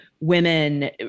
women